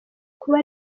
kuba